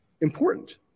important